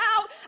out